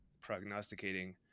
prognosticating